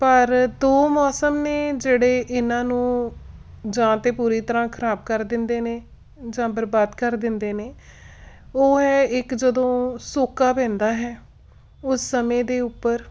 ਪਰ ਦੋ ਮੌਸਮ ਨੇ ਜਿਹੜੇ ਇਹਨਾਂ ਨੂੰ ਜਾਂ ਤਾਂ ਪੂਰੀ ਤਰ੍ਹਾਂ ਖਰਾਬ ਕਰ ਦਿੰਦੇ ਨੇ ਜਾਂ ਬਰਬਾਦ ਕਰ ਦਿੰਦੇ ਨੇ ਉਹ ਹੈ ਇੱਕ ਜਦੋਂ ਸੋਕਾ ਪੈਂਦਾ ਹੈ ਉਸ ਸਮੇਂ ਦੇ ਉੱਪਰ